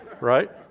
right